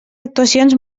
actuacions